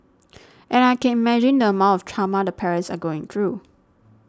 and I can imagine the amount of trauma the parents are going through